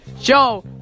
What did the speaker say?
Joe